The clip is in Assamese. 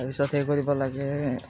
তাৰপিছত সেই কৰিব লাগে